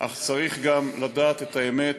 אך צריך גם לדעת את האמת,